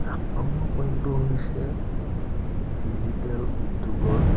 আঠ নম্বৰ পইণ্টটো হৈছে ডিজিটেল উদ্যোগৰ